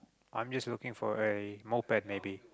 I'm just looking for a notepad maybe